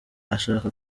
ashaka